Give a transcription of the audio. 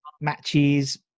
matches